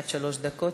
עד שלוש דקות.